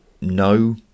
No